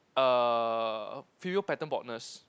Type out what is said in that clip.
err female pattern baldness